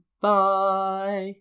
bye